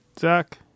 Zach